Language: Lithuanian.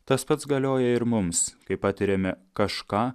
tas pats galioja ir mums kai patiriame kažką